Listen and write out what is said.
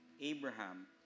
Abraham